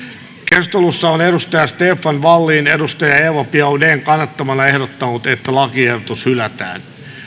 keskustelussa on stefan wallin eva biaudetn kannattamana ehdottanut että lakiehdotus hylätään